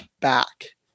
back